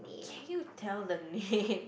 can you tell the name